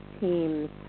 teams